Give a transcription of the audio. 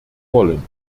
wollen